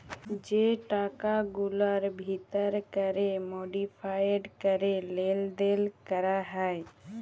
যে টাকাগুলার ভিতর ক্যরে মডিফায়েড ক্যরে লেলদেল ক্যরা হ্যয়